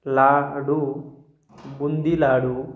लाडू boondi लाडू